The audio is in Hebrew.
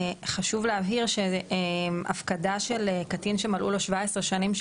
חשוב להבהיר שהפקדה של קטין שמלאו לו 17 שנים,